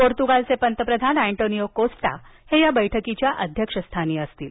पोर्तुगालचे पंतप्रधान Antonio Costa हे या बैठकीच्या अध्यक्षस्थानी असतील